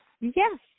Yes